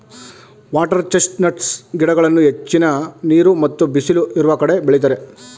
water chestnuts ಗಿಡಗಳನ್ನು ಹೆಚ್ಚಿನ ನೀರು ಮತ್ತು ಬಿಸಿಲು ಇರುವ ಕಡೆ ಬೆಳಿತರೆ